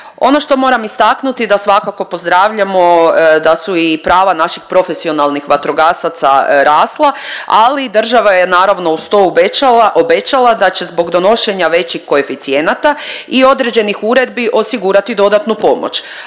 Ono što moram istaknuti da svakako pozdravljamo da su i prava naših profesionalnih vatrogasaca rasla ali država je naravno uz to obećala, obećala da će zbog donošenja većih koeficijenata i određenih uredbi, osigurati dodatnu pomoć